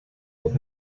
with